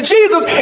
Jesus